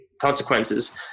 consequences